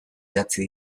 idatzi